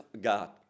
God